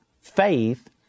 faith